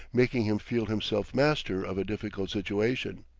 making him feel himself master of a difficult situation.